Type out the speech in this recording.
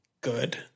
good